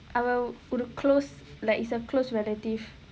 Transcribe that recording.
I will close like it's a close relative